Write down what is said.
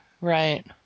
Right